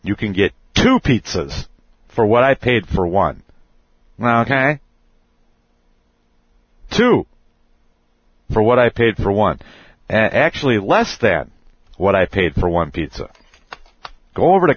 you can get two pizzas for what i paid for one wow ok two for what i paid for one and actually less than what i paid for one pizza go over t